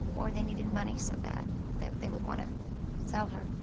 or they needed money so bad that they would want to sell her.